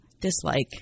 dislike